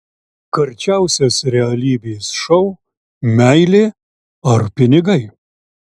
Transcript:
karčiausias realybės šou meilė ar pinigai